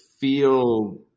feel